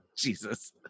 Jesus